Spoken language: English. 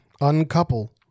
uncouple